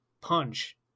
punch